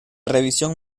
revisión